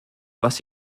was